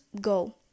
go